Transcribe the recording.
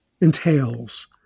entails